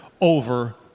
over